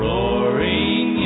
Roaring